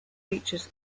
features